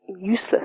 useless